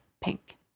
pink